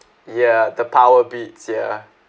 ya the power beats ya